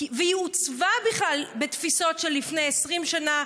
והיא עוצבה בכלל בתפיסות של לפני 20 שנה,